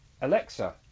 Alexa